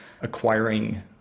acquiring